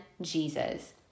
Jesus